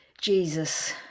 Jesus